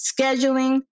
scheduling